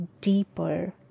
deeper